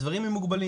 הדברים מוגבלים.